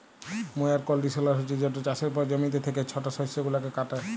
ময়ার কল্ডিশলার হছে যেট চাষের পর জমিতে থ্যাকা ছট শস্য গুলাকে কাটে